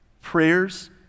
prayers